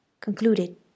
concluded